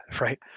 right